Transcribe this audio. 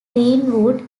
greenwood